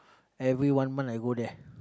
every one month I go there